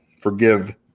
forgive